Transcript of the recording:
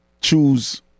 choose